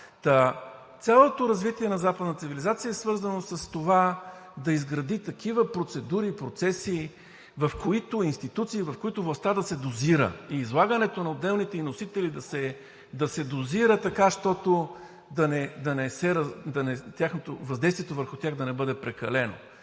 цялото развитие на западната цивилизация е свързано с това да изгради такива процедури, процеси, в които институции, в които властта да се дозира и излагането на отделните ѝ носители да се дозира така, щото въздействието